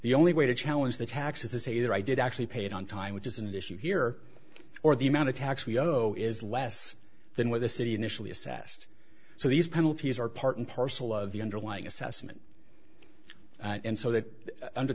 the only way to challenge the tax is the say that i did actually paid on time which is an issue here or the amount of tax we owe is less than what the city initially assessed so these penalties are part and parcel of the underlying assessment and so that under